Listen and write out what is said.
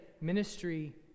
ministry